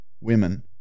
Women